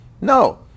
No